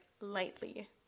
lightly